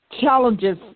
challenges